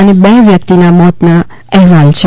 અને બે વ્યક્તિના મોત થયાના અહેવાલ છે